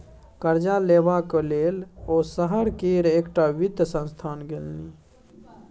करजा लेबाक लेल ओ शहर केर एकटा वित्त संस्थान गेलनि